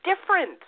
different